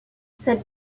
cette